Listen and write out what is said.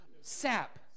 Sap